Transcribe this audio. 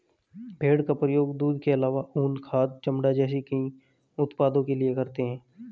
भेड़ का प्रयोग दूध के आलावा ऊन, खाद, चमड़ा जैसे कई उत्पादों के लिए करते है